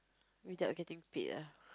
without getting paid ah